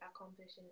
accomplishing